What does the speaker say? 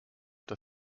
the